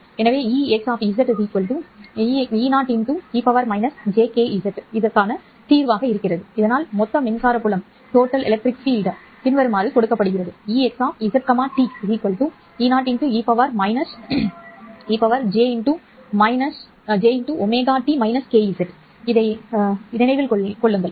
எனவே இந்த Ex Eo e jkz க்கான தீர்வு இதனால் மொத்த மின்சார புலம் பின்வருமாறு கொடுக்கப்பட்டுள்ளது Ex z t Eoej -t -kz நினைவில் கொள்க